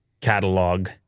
catalog